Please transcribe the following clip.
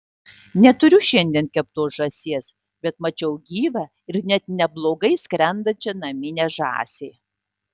neturiu šiandien keptos žąsies bet mačiau gyvą ir net neblogai skrendančią naminę žąsį